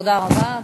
תודה רבה.